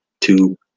two